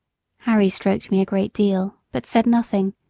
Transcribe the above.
harry stroked me a great deal, but said nothing,